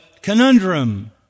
conundrum